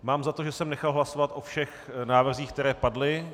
Mám za to, že jsem nechal hlasovat o všech návrzích, které padly.